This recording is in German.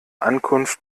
ankunft